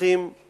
מחנכים